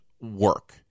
work